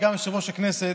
גם יושב-ראש הכנסת,